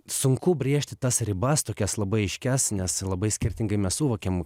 sunku brėžti tas ribas tokias labai aiškias nes labai skirtingai mes suvokiam